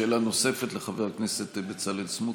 שאלת נוספת לחבר הכנסת בצלאל סמוטריץ',